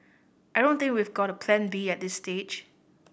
I don't think we've got a Plan B at this stage